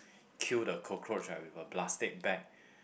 kill the cockroach with a plastic bag